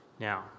Now